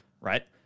right